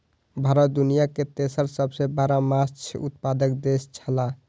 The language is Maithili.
भारत दुनिया के तेसर सबसे बड़ा माछ उत्पादक देश छला